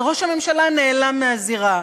וראש הממשלה נעלם מהזירה.